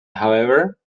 however